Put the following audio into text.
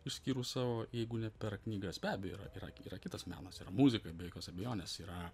išskyrus savo jeigu ne per knygas be abejo yra yra yra kitas menas yra muzika be jokios abejonės yra